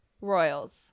royals